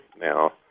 now